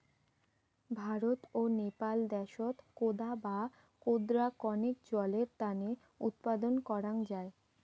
ভারত ও নেপাল দ্যাশত কোদা বা কোদরা কণেক জলের তানে উৎপাদন করাং যাই